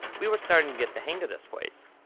we were starting to get the hang of this place.